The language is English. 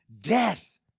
death